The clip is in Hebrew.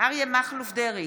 אריה מכלוף דרעי,